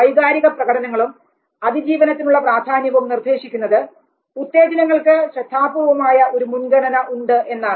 വൈകാരിക പ്രകടനങ്ങളും അതിജീവനത്തിനുള്ള പ്രാധാന്യവും നിർദ്ദേശിക്കുന്നത് ഉത്തേജനങ്ങൾക്ക് ശ്രദ്ധാപൂർവ്വമായ ഒരു മുൻഗണന ഉണ്ട് എന്നാണ്